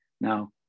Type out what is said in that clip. Now